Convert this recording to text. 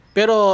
pero